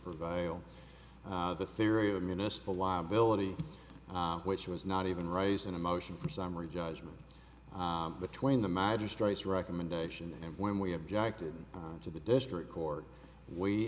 prevail the theory of municipal liability which was not even raised in a motion for summary judgment between the magistrates recommendation and when we objected to the district court we